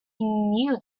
knew